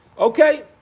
Okay